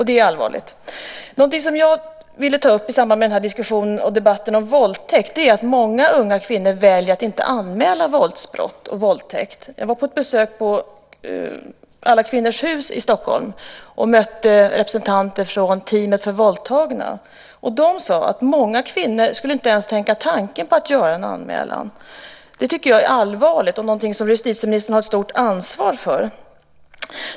Det är allvarligt. I samband med den här diskussionen och debatten om våldtäkt skulle jag vilja ta upp att många unga kvinnor väljer att inte anmäla våldsbrott och våldtäkt. Jag var på ett besök på Alla Kvinnors Hus i Stockholm och mötte representanter från teamet för våldtagna. De sade att många kvinnor inte ens skulle tänka tanken att göra en anmälan. Det tycker jag är allvarligt och någonting som justitieministern har ett stort ansvar för.